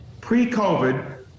pre-COVID